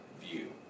view